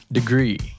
Degree